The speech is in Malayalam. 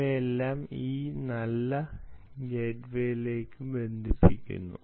അവയെല്ലാം ഈ നല്ല ഗേറ്റ്വേയിലേക്ക് ബന്ധിപ്പിക്കുന്നു